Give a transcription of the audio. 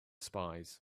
spies